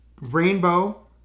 Rainbow